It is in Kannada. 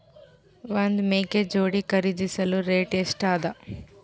ಒಂದ್ ಮೇಕೆ ಜೋಡಿ ಖರಿದಿಸಲು ರೇಟ್ ಎಷ್ಟ ಅದ?